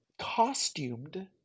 costumed